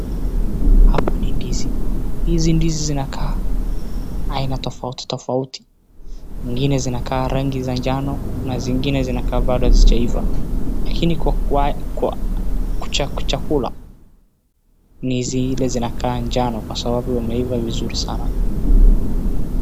Hapa ni ndizi. Hizi ndizi zinakaa haina tafauti tafauti, zingine zinakaa rangi ya jano, kuna zingine zinakaa hazijaiva. Lakini kwa kuchakula ni zile zinakaa jano Kwa sababu zimeiva vizuri sana.